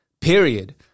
Period